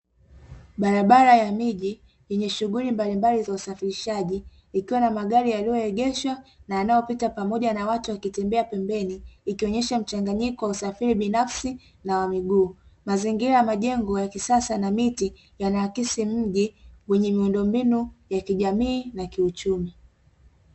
Barabara ya miji yenye shughuli mbalimbali za usafirishaji, ikiwa na magari yaliyoegeshwa na yanayopita pamoja na watu wakitembea pembeni, ikionyesha mchanganyiko wa usafiri binafsi na wa miguu. Mazingira ya majengo ya kisasa na miti yanaakisi mji, wenye miundombinu ya kijamii na kiuchumi.